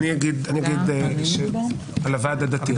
אני אגיד על הוועד הדתי.